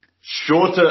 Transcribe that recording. Shorter